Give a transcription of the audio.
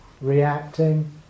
reacting